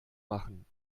machen